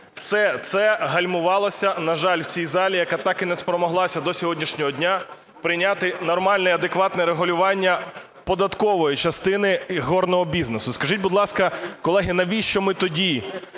усе це гальмувалося, на жаль, у цій залі, яка так і не спромоглася до сьогоднішнього дня прийняти нормальне і адекватне регулювання податкової частини ігорного бізнесу. Скажіть, будь ласка, колеги, навіщо ми тоді